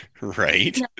Right